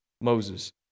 Moses